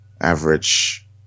average